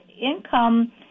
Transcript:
income